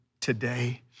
today